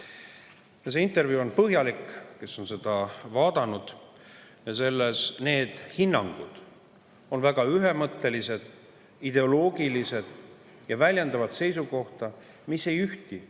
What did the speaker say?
intervjuu on põhjalik – kes on seda vaadanud, [see teab] – ning need hinnangud on väga ühemõttelised, ideoloogilised ja väljendavad seisukohta, mis ei ühti